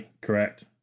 Correct